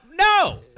No